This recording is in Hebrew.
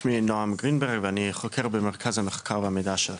שמי נועם גרינברג ואני חוקר במרכז המחקר והמידע של הכנסת.